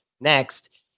Next